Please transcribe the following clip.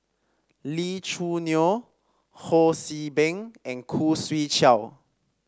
Lee Choo Neo Ho See Beng and Khoo Swee Chiow